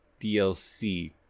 DLC